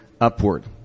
upward